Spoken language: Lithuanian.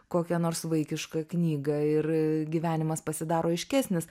kokią nors vaikišką knygą ir gyvenimas pasidaro aiškesnis